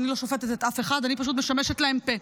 אני לא שופטת את אף אחד, אני פשוט משמשת להן פה.